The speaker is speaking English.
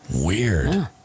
Weird